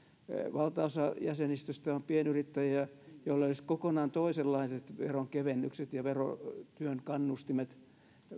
valtaosa jäsenistöstä on pienyrittäjiä joille olisi kokonaan toisenlaiset veronkevennykset ja työn kannustimet